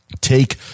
take